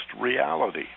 reality